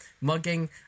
mugging